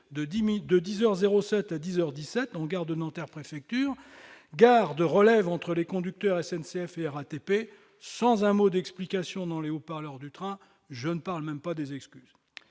un train bondé, en gare de Nanterre-Préfecture, gare de relève entre les conducteurs SNCF et RATP, sans un mot d'explication dans les haut-parleurs du train- je ne parle même pas d'excuses